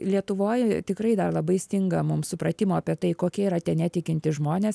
lietuvoj tikrai dar labai stinga mums supratimo apie tai kokie yra tie netikintys žmonės